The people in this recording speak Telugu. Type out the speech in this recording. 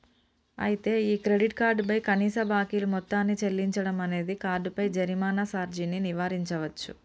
అయితే ఈ క్రెడిట్ కార్డు పై కనీస బాకీలు మొత్తాన్ని చెల్లించడం అనేది కార్డుపై జరిమానా సార్జీని నివారించవచ్చు